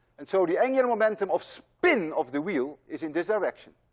and so the angular momentum of spin of the wheel is in this direction.